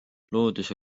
loodus